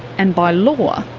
and, by law,